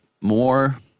more